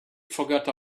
forgot